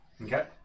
Okay